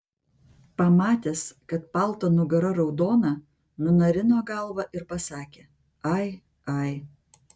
pamatęs kad palto nugara raudona nunarino galvą ir pasakė ai ai